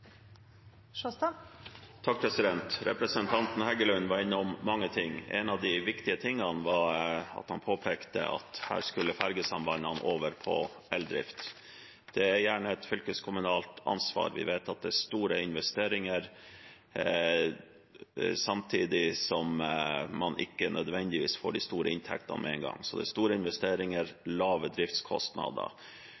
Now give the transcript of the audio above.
Representanten Heggelund var innom mange ting. En av de viktige tingene var at han påpekte at fergesambandene skulle over på eldrift. Det er gjerne et fylkeskommunalt ansvar. Vi vet at det er store investeringer, samtidig som man ikke nødvendigvis får de store inntektene med en gang. Det er altså store investeringer